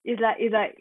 it's like it's like